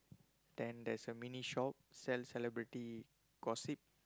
then there's a mini shop sell celebrity gossip